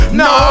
no